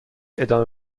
ادامه